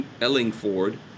Ellingford